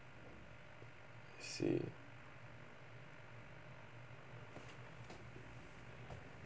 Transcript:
I see